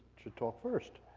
should talk first.